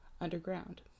underground